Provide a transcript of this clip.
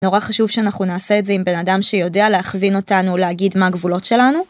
נורא חשוב שאנחנו נעשה את זה עם בן אדם שיודע להכווין אותנו להגיד מה הגבולות שלנו.